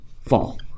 fall